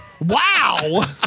Wow